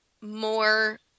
more